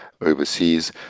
overseas